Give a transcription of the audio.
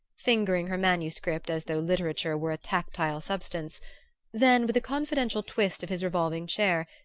fingering her manuscript as though literature were a tactile substance then, with a confidential twist of his revolving chair,